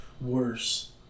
worse